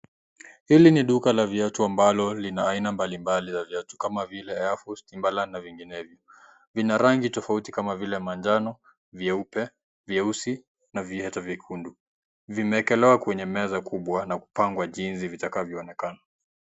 Hili ni duka la viatu ambalo lina aina mbalimbali ya viatu kama vile (cs)Airforce(cs),(cs)Timberland(cs) na vinginevyo, vina rangi tofauti kama vile manjano, vyeupe, vyeusi na viatu vyekundu, vimeekelewa kwenye meza kubwa na kupangwa jinsi vitakavyoonekana.